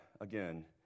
again